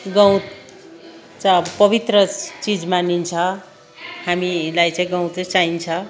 गउँत चाहिँ पवित्र चिज मानिन्छ हामीलाई चाहिँ गउँत चाहिँ चाहिन्छ